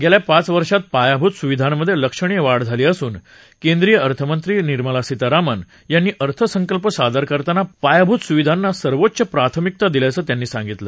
गेल्या पाच वर्षात पायाभूत सुविधांमधे लक्षणीय वाढ झाली असून केंद्रीय अर्थमंत्री निर्मला सीतारामन यांनी अर्थसंकल्प सादर करताना पायाभूत सुविधांना सर्वोच्च प्राथमिकता दिल्याचं त्यांनी सांगितलं